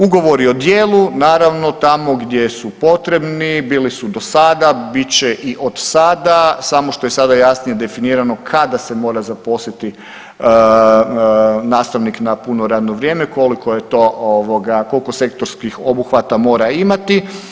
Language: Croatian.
Ugovori o djelu naravno tamo gdje su potrebni, bili su do sada, bit će i od sada samo što je sada jasnije definirano kada se mora zaposliti nastavnik na puno radno vrijeme, koliko je to, koliko sektorskih obuhvata mora imati.